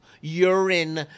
urine